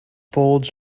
folds